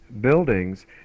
buildings